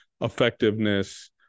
effectiveness